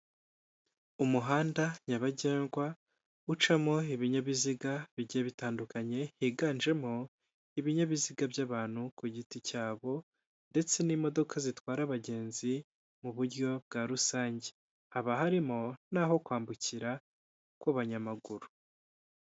Umuhanda nyabagendwa, ucamo ibinyabiziga bigiye bitandukanye higanjemo ibinyabiziga by'abantu ku giti cyabo, ndetse n'imodoka zitwara abagenzi mu buryo bwa rusange. Haba harimo n'aho kwambukira kw'abanyamaguru.